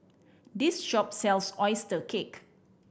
this shop sells oyster cake